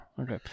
okay